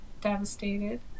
devastated